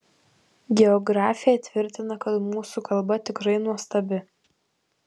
geografė tvirtina kad mūsų kalba tikrai nuostabi